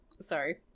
Sorry